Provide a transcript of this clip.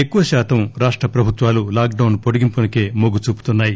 ఎక్కువశాతం రాష్ట ప్రభుత్వాలు లాక్ డౌన్ పొడిగింపునకే మొగ్గుచూపుతున్నాయి